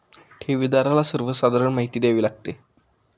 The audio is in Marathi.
ठेवीदाराला सर्वसाधारण माहिती द्यावी लागते